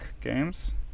Games